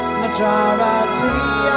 majority